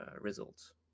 results